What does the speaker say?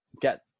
get